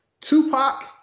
Tupac